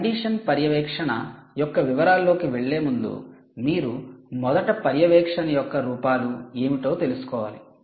condition పర్యవేక్షణ యొక్క వివరాల్లోకి వెళ్ళే ముందు మీరు మొదట పర్యవేక్షణ యొక్క రూపాలు ఏమిటో తెలుసుకోవాలి